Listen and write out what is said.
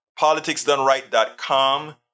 Politicsdoneright.com